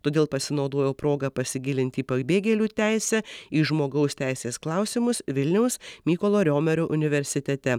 todėl pasinaudojau proga pasigilint į pabėgėlių teisę į žmogaus teisės klausimus vilniaus mykolo riomerio universitete